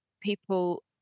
people